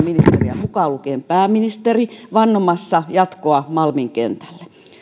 ministeriä mukaan lukien pääministeri vannomassa jatkoa malmin kentälle